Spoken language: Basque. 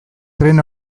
tren